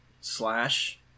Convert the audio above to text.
slash